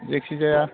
जायखि जाया